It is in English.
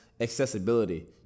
accessibility